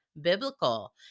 biblical